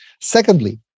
Secondly